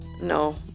No